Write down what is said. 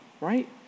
right